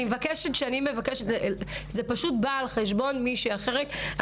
אני מבקשת, זה פשוט בא על חשבון מישהי אחרת.